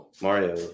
Mario